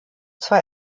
zwei